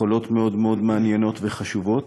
יכולות מאוד מאוד מעניינות וחשובות,